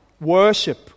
worship